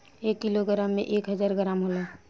एक किलोग्राम में एक हजार ग्राम होला